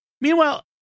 Meanwhile